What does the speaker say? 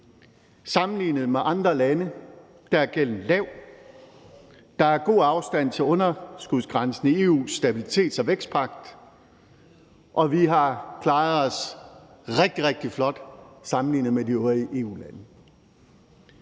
Sammenlignet med andre lande er gælden lav. Der er god afstand til underskudsgrænsen i EU's stabilitets- og vækstpagt, og vi har klaret os rigtig, rigtig flot sammenlignet med de øvrige EU-lande.